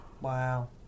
Wow